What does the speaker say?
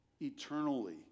Eternally